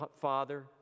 Father